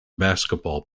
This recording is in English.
basketball